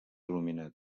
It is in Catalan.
il·luminat